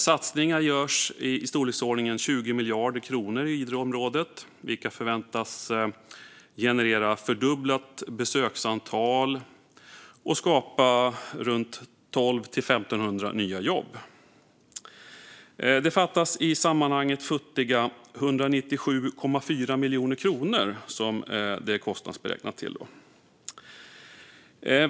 Satsningar görs i storleksordningen 20 miljarder kronor i Idreområdet, vilka förväntas generera ett fördubblat besöksantal och skapa 1 200-1 500 nya jobb. Det fattas i sammanhanget futtiga 197,4 miljoner kronor, som det hela är kostnadsberäknat till.